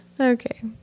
Okay